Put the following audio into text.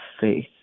faith